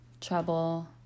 trouble